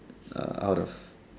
uh out of